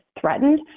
threatened